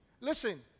Listen